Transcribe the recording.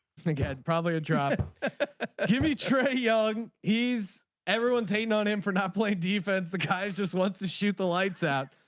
think i probably drop him. trey young he's everyone's hating on him for not play defense. the guys just wants to shoot the lights out.